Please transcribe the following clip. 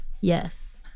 Yes